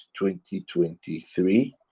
2023